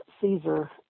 Caesar